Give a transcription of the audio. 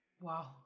Wow